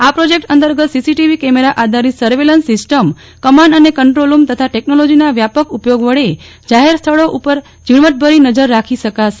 આ પ્રોજેક્ટ અંતર્ગત CCTV camera આધારિત સર્વેલન્સ સિસ્ટમ કમાન્ડ અને કંટ્રોલ રૂમ તથા ટેકનોલોજીના વ્યાપક ઉપયોગ વડે જાહેર સ્થળો ઉપર ઝીણવટભરી નજર રાખી શકાશે